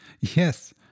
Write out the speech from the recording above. Yes